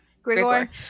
Gregor